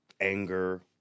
anger